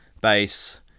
bass